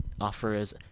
offers